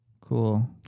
Cool